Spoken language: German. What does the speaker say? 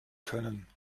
können